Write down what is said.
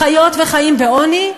חיות וחיים בעוני,